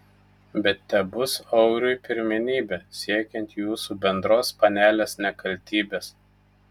bet tebus auriui pirmenybė siekiant jūsų bendros panelės nekaltybės